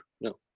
no